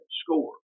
score